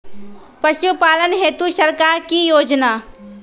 पशुपालन हेतु सरकार की योजना?